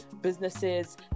businesses